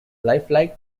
lifelike